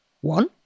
one